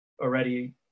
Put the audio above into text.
already